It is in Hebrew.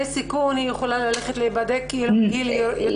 סיכון היא יכולה ללכת להיבדק בגיל יותר מוקדם.